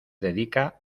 dedica